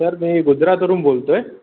sir मी गुजरातवरून बोलतो आहे